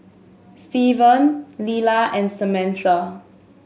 Steven Lilla and Samantha